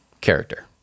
character